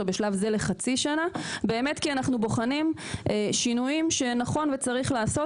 בשלב זה לחצי שנה כי אנחנו בוחנים שינויים שנכון וצריך לעשות